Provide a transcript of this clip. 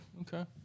Okay